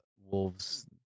wolves